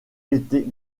été